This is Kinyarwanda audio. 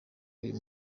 uyu